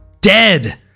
dead